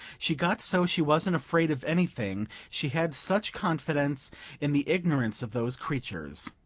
she got so she wasn't afraid of anything, she had such confidence in the ignorance of those creatures.